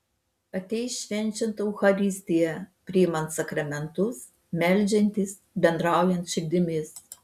ateis švenčiant eucharistiją priimant sakramentus meldžiantis bendraujant širdimis